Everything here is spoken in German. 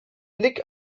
blick